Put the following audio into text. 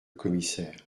commissaire